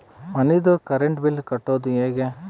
ಮನಿದು current bill ಕಟ್ಟೊದು ಹೇಗೆ?